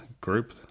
group